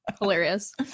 Hilarious